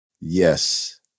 yes